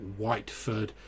Whiteford